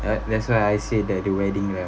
uh that's why I said that the wedding